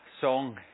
song